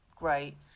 Great